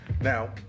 Now